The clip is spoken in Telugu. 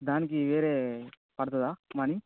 దానికి వేరే పడుతుందా మనీ